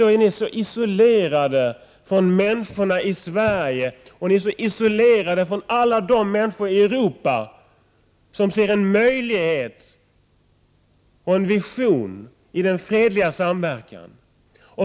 Då är ni isolerade från människorna i Sverige och från alla de människor i Europa som ser en möjlighet och en vision i denna fredliga samverkan.